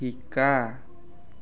শিকা